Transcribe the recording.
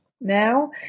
now